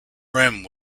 rim